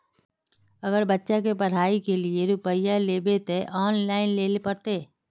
अगर बच्चा के पढ़ाई के लिये रुपया लेबे ते ऑनलाइन लेल पड़ते?